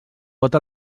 vot